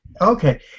Okay